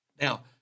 Now